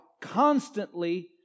constantly